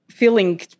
Feeling